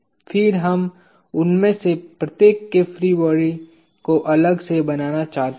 फिर हम उनमें से प्रत्येक के फ्री बॉडी को अलग से बनाना चाहते हैं